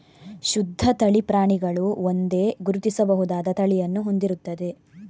ಶುದ್ಧ ತಳಿ ಪ್ರಾಣಿಗಳು ಒಂದೇ, ಗುರುತಿಸಬಹುದಾದ ತಳಿಯನ್ನು ಹೊಂದಿರುತ್ತವೆ